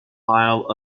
aisle